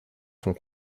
font